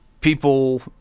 people